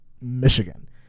Michigan